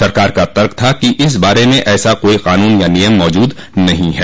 सरकार का तर्क था कि इस बारे में ऐसा कोई कानून या नियम मौजूद नहीं है